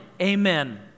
Amen